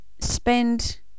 spend